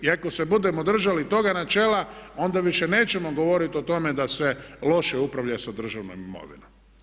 I ako se budemo držali toga načela onda više nećemo govoriti o tome da se loše upravlja sa državnom imovinom.